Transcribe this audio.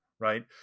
right